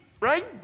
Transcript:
right